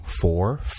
four